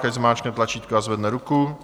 Ať zmáčkne tlačítko a zvedne ruku.